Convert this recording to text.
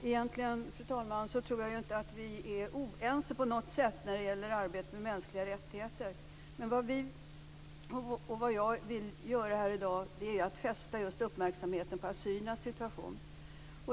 Fru talman! Egentligen tror jag inte att vi är oense på något sätt när det gäller arbetet med mänskliga rättigheter. Men vad vi, och jag, vill göra här i dag är att fästa uppmärksamheten just på assyriernas situation.